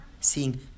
Seeing